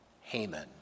Haman